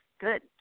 good